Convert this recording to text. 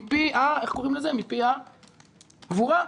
מפי הגבורה.